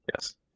yes